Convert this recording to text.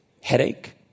headache